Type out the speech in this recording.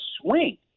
swing